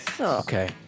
Okay